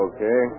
Okay